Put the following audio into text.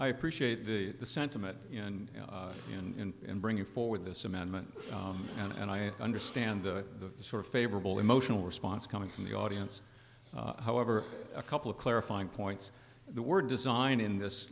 i appreciate the sentiment in bringing forward this amendment and i understand the sort of favorable emotional response coming from the audience however a couple of clarifying points the word design in this